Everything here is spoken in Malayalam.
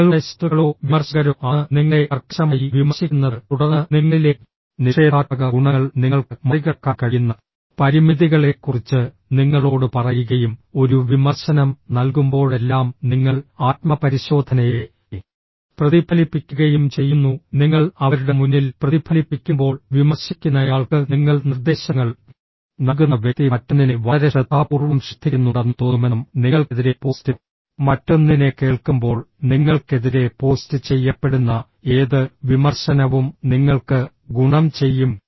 നിങ്ങളുടെ ശത്രുക്കളോ വിമർശകരോ ആണ് നിങ്ങളെ കർക്കശമായി വിമർശിക്കുന്നത് തുടർന്ന് നിങ്ങളിലെ നിഷേധാത്മക ഗുണങ്ങൾ നിങ്ങൾക്ക് മറികടക്കാൻ കഴിയുന്ന പരിമിതികളെക്കുറിച്ച് നിങ്ങളോട് പറയുകയും ഒരു വിമർശനം നൽകുമ്പോഴെല്ലാം നിങ്ങൾ ആത്മപരിശോധനയെ പ്രതിഫലിപ്പിക്കുകയും ചെയ്യുന്നു നിങ്ങൾ അവരുടെ മുന്നിൽ പ്രതിഫലിപ്പിക്കുമ്പോൾ വിമർശിക്കുന്നയാൾക്ക് നിങ്ങൾ നിർദ്ദേശങ്ങൾ നൽകുന്ന വ്യക്തി മറ്റൊന്നിനെ വളരെ ശ്രദ്ധാപൂർവ്വം ശ്രദ്ധിക്കുന്നുണ്ടെന്ന് തോന്നുമെന്നും നിങ്ങൾക്കെതിരെ പോസ്റ്റ് മറ്റൊന്നിനെ കേൾക്കുമ്പോൾ നിങ്ങൾക്കെതിരെ പോസ്റ്റ് ചെയ്യപ്പെടുന്ന ഏത് വിമർശനവും നിങ്ങൾക്ക് ഗുണം ചെയ്യും